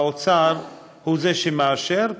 האוצר הוא זה שמאשר,